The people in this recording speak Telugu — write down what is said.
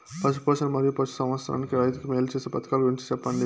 పశు పోషణ మరియు పశు సంవర్థకానికి రైతుకు మేలు సేసే పథకాలు గురించి చెప్పండి?